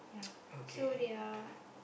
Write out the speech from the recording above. okay